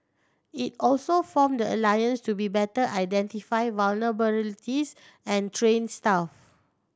it also form the alliance to be better identify vulnerabilities and train staff